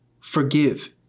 Forgive